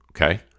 okay